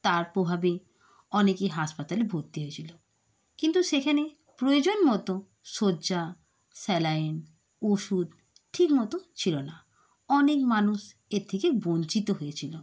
তার প্রভাবে অনেকেই হাসপাতালে ভর্তি হয়েছিল কিন্তু সেখানে প্রয়োজন মতো শয্যা স্যালাইন ওষুধ ঠিক মতো ছিল না অনেক মানুষ এর থেকে বঞ্চিত হয়েছিল